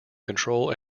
control